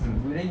mm